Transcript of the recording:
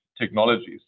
technologies